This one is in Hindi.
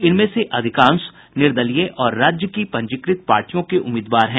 इनमें से अधिकांश निर्दलीय और राज्य की पंजीकृत पार्टियों के उम्मीदवार हैं